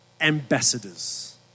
ambassadors